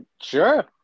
Sure